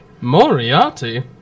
Moriarty